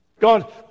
God